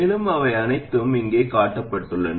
மேலும் அவை அனைத்தும் இங்கே காட்டப்பட்டுள்ளன